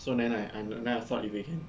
so then I I then I thought if we can